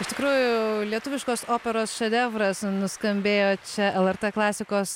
iš tikrųjų lietuviškos operos šedevras nuskambėjo čia lrt klasikos